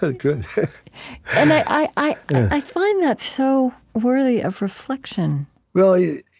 so and i i find that so worthy of reflection well, yeah